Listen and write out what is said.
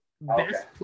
best